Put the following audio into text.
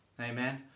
amen